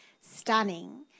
stunning